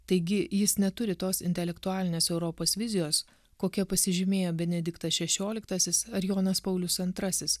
taigi jis neturi tos intelektualinės europos vizijos kokia pasižymėjo benediktas šešioliktasis ar jonas paulius antrasis